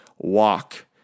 walk